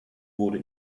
wurde